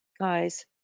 guys